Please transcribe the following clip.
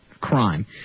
crime